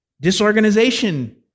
Disorganization